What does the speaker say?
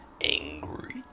angry